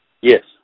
Yes